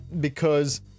because-